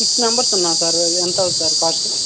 six members ఉన్నాం sir ఎంత అవుద్ది సార్ కాస్ట్